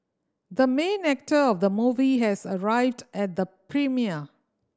the main actor of the movie has arrived at the premiere